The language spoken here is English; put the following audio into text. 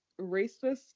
racist